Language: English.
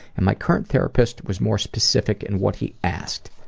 and my current therapist was more specific in what he asked.